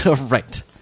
Right